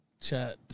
chat